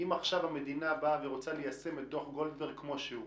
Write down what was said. אם עכשיו המדינה באה ורוצה ליישם את דוח גולדברג כמו שהוא,